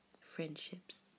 friendships